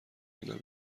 اینا